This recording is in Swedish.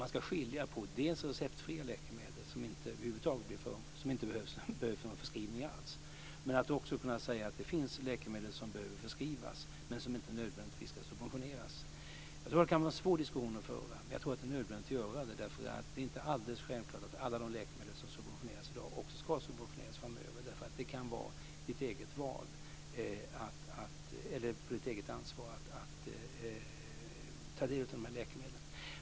Man ska skilja mellan dels receptfria läkemedel, som det inte alls behövs någon förskrivning för, dels läkemedel som behöver förskrivas men som inte nödvändigtvis ska subventioneras. Jag tror att det kan vara en svår diskussion att föra, men jag tror att det är nödvändigt att göra det. Det är inte alldeles självklart att alla de läkemedel som i dag subventioneras också ska subventioneras framöver. Det kan vara ett eget ansvar att använda dessa läkemedel.